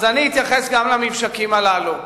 אני אתייחס גם לממשקים הללו,